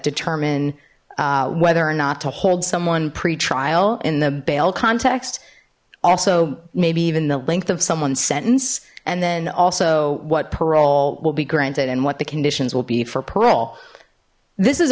determine whether or not to hold someone pretrial in the bail context also maybe even the length of someone's sentence and then also what parole will be granted and what the conditions will be for parole this is